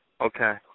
Okay